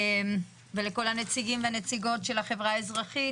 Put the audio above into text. ולכל הנציגים והנציגות של החברה האזרחית,